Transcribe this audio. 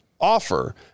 offer